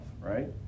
right